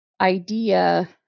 idea